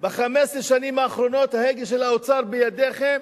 ב-15 השנים האחרונות ההגה של האוצר בידיכם.